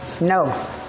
No